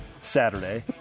Saturday